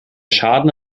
schaden